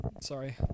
Sorry